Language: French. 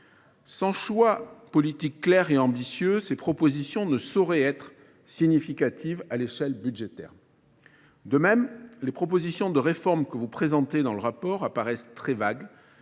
Sans choix politique clair et ambitieux, ces propositions ne sauraient être significatives à l'échelle budgétaire. De même, les propositions de réforme que vous présentez dans le rapport apparaissent très vagues,